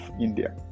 India